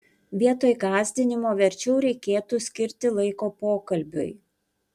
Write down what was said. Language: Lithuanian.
vietoj gąsdinimo verčiau reikėtų skirti laiko pokalbiui